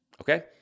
okay